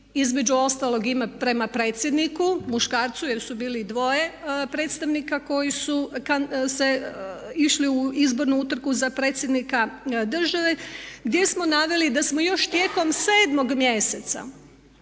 između ostalog i prema predsjedniku muškarcu jer su bili dvoje predstavnika koji su išli u izbornu utrku za predsjednika države, gdje smo naveli da smo još tijekom 7. mjeseca